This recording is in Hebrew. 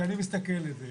כשאני מסתכל על זה,